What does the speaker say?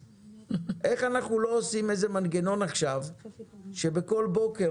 איך אנחנו לא עושים איזה מנגנון עכשיו שבכל בוקר,